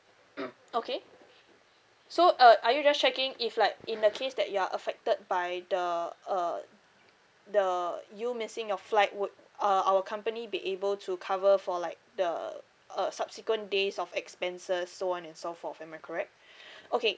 okay so uh are you just checking if like in the case that you are affected by the uh the you missing your flight would uh our company be able to cover for like the uh subsequent days of expenses so on and so forth am I correct okay